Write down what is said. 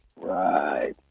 right